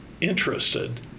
interested